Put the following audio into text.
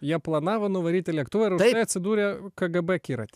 jie planavo nuvaryti lėktuvą ir už tai atsidūrė kgb akiraty